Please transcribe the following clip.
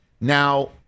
Now